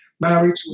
married